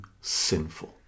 sinful